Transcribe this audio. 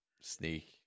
sneak